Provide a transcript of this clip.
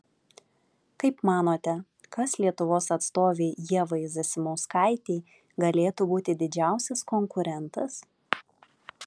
kaip manote kas lietuvos atstovei ievai zasimauskaitei galėtų būti didžiausias konkurentas